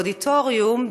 באודיטוריום,